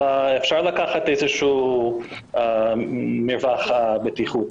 אבל אפשר לקחת איזשהו מרווח בטיחות.